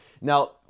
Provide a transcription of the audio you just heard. Now